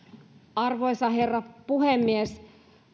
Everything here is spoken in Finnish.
arvoisa herra puhemies